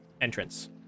entrance